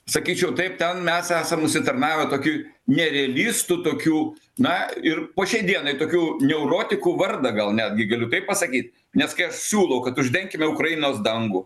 sakyčiau taip ten mes esam užsitarnavę tokį nerealistų tokių na ir po šiai dienai tokių neurotikų vardą gal netgi galiu taip pasakyt nes kas siūlo kad uždenkime ukrainos dangų